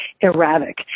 erratic